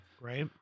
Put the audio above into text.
Right